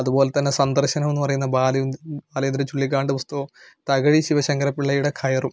അതുപോലെ തന്നെ സന്ദർശനം എന്ന് പറയുന്ന ബാലചന്ദ്ര ബാലചന്ദ്രൻ ചുള്ളിക്കാടിൻ്റെ പുസ്തകവും തകഴി ശിവശങ്കരപിള്ളയുടെ കയറും